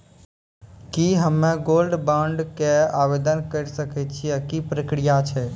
की हम्मय gold bond के आवदेन करे सकय छियै, की प्रक्रिया छै?